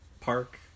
park